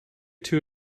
too